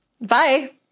Bye